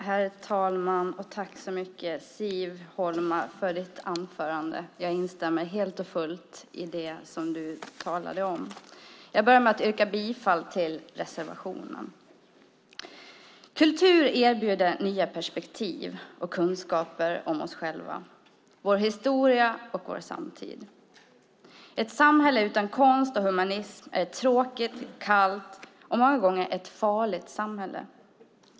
Herr talman! Jag tackar Siv Holma för hennes anförande och instämmer helt och fullt i det hon sade. Sedan vill jag yrka bifall till reservationen. Kultur erbjuder nya perspektiv och kunskaper om oss själva, vår historia och vår samtid. Ett samhälle utan konst och humanism är ett tråkigt, kallt och många gånger också farligt samhälle.